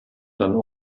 dann